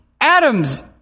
Adam's